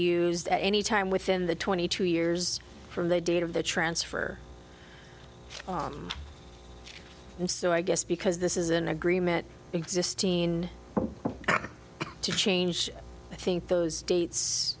used at any time within the twenty two years from the date of the transfer and so i guess because this is an agreement existing to change i think those dates